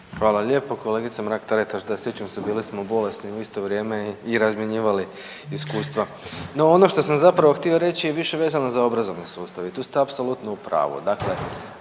Hvala lijepo. Kolegice Mrak Taritaš da sjećam se bili smo bolesni u isto vrijeme i razmjenjivali iskustva. No ono što sam zapravo htio reći je više vezano za obrazovani sustav i tu ste apsolutno u pravu.